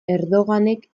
erdoganek